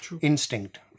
instinct